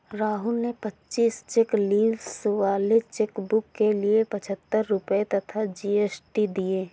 राहुल ने पच्चीस cheque leaves वाले चेकबुक के लिए पच्छत्तर रुपये तथा जी.एस.टी दिए